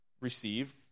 receive